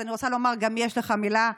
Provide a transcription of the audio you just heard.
אני רוצה לומר גם: יש לך מילה.